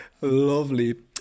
Lovely